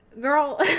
girl